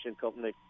company